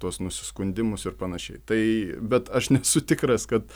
tuos nusiskundimus ir panašiai tai bet aš nesu tikras kad